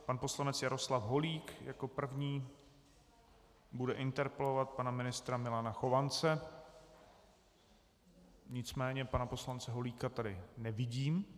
Pan poslanec Jaroslav Holík jako první bude interpelovat pana ministra Milana Chovance, nicméně pana poslance Holíka tady nevidím.